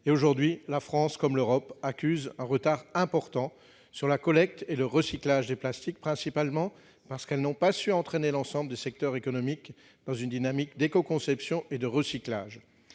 et aujourd'hui la France comme l'Europe accusent un retard important sur la collecte et le recyclage des plastiques, principalement parce qu'elles n'ont pas su entraîner l'ensemble des secteurs économiques dans une dynamique d'éco-conception et de recyclage